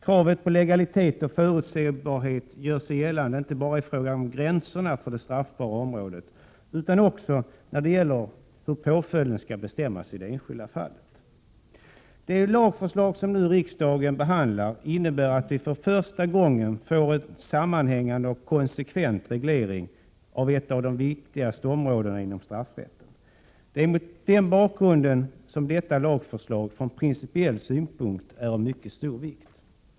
Kraven på legalitet och på förutsebarhet gör sig gällande inte bara i fråga om gränserna för det straffbara området utan också när det gäller hur påföljden skall bestämmas i det enskilda fallet. Det lagförslag som riksdagen nu behandlar innebär att vi för första gången kan få en sammanhängande och konsekvent reglering av ett av de viktigaste områdena inom straffrätten. Det är mot den bakgrunden som detta lagförslag från principiell synpunkt är av mycket stor vikt.